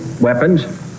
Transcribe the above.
weapons